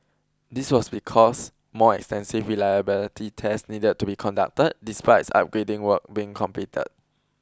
this was because more extensive reliability tests needed to be conducted despite upgrading work being complete